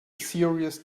serious